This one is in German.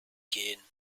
gehen